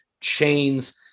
chains